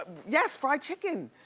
yes, fried chicken.